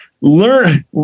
learn